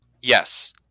Yes